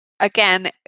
Again